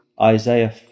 Isaiah